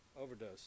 overdose